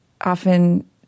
often